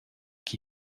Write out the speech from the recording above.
qui